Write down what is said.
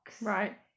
Right